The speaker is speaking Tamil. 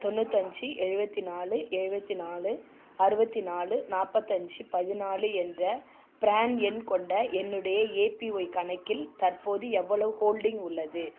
தொண்ணூற்றஞ்சி எழுபத்தி நாலு எழுபத்தி நாலு அறுபத்தி நாலு நாற்பத்தஞ்சி பதினாலு என்ற ப்ரான் எண் கொண்ட என்னுடைய ஏபிஒய் கணக்கில் தற்போது எவ்வளவு ஹோல்டிங் உள்ளது